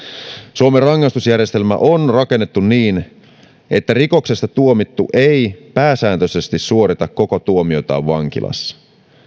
suomen rangaistusjärjestelmä on rakennettu niin että rikoksesta tuomittu ei pääsääntöisesti suorita koko tuomiotaan vankilassa